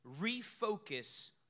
Refocus